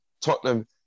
Tottenham